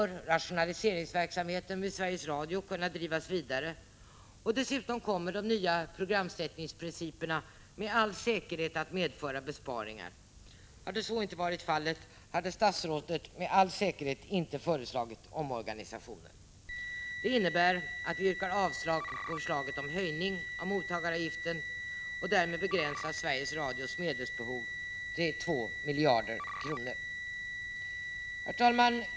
Rationaliseringsverksamheten vid Sveriges Radio bör också kunna drivas vidare. Dessutom kommer de nya programsättningsprinciperna utan tvivel att medföra besparingar. Hade så inte varit fallet, hade statsrådet med all säkerhet inte föreslagit omorganisationen. Detta medför att vi yrkar avslag på förslaget om höjning av mottagaravgiften och därmed begränsar Sveriges Radios medelsbehov till 2 miljarder kronor. Herr talman!